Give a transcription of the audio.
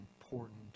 important